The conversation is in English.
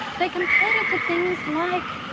they compared it to things like.